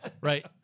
Right